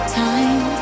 time